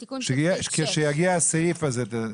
שיגיע הסעיף הזה, תתייחס.